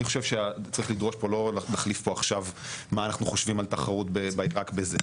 אני חושב שצריך לדרוש לא מה אנחנו חושבים על תחרות רק בזה.